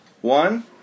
one